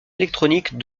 électronique